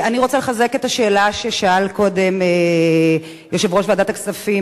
אני רוצה לחזק את השאלה ששאל קודם יושב-ראש ועדת הכספים,